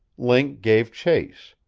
link gave chase.